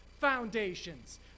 foundations